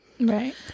Right